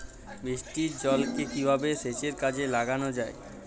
বৃষ্টির জলকে কিভাবে সেচের কাজে লাগানো য়ায়?